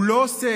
הוא לא עוסק